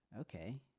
okay